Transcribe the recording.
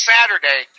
Saturday